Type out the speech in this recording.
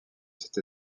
cette